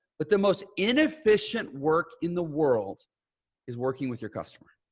but the most inefficient work in the world is working with your customer.